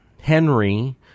Henry